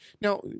Now